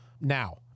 Now